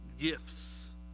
gifts